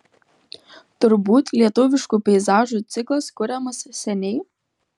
turbūt lietuviškų peizažų ciklas kuriamas seniai